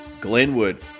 Glenwood